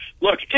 Look